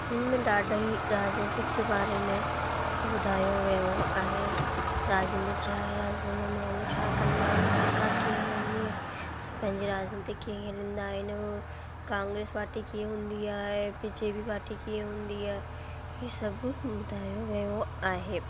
हिन में ॾाढी राजनैतिक जे बारे में ॿुधायो वियो आहे राजनैतिक छा आहे राज्य में माण्हू छा कंदा आहिनि सरकार कीअं हलंदी आहे असां पंहिंजी राजनैतिक कीअं हलंदा आहिनि कांग्रेस पार्टी कीअं हूंदी आहे बीजेजी पार्टी कीअं हूंदी आहे हीअ सभु ॿुधायो वियो आहे